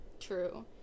True